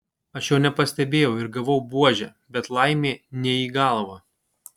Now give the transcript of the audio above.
aš jo nepastebėjau ir gavau buože bet laimė ne į galvą